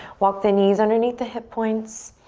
walk the knees underneath the hip points.